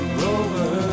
rover